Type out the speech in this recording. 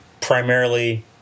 primarily